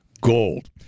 gold